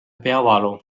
peavalu